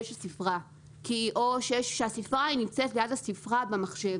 של ספרה או שהספרה נמצאת ליד הספרה במחשב.